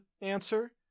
answer